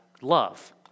love